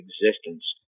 existence